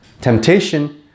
temptation